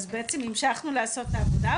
אז בעצם המשכנו לעשות את העבודה,